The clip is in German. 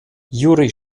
juri